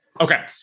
okay